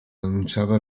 annunciava